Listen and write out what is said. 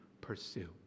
pursue